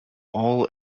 all